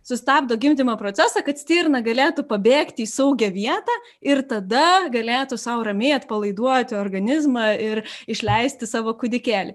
sustabdo gimdymo procesą kad stirna galėtų pabėgti į saugią vietą ir tada galėtų sau ramiai atpalaiduoti organizmą ir išleisti savo kūdikėlį